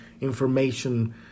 information